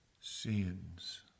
sins